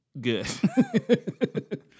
good